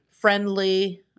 friendly